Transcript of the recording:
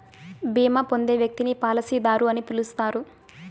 బీమా పొందే వ్యక్తిని పాలసీదారు అని పిలుస్తారు